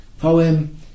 poem